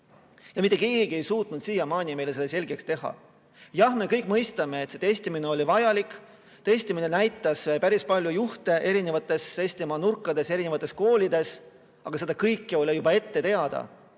Mitte keegi ei ole suutnud siiamaani meile seda selgeks teha. Jah, me kõik mõistame, et testimine oli vajalik. Testimine näitas päris palju juhte erinevates Eestimaa nurkades, erinevates koolides, aga see kõik oli juba ette teada.